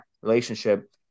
relationship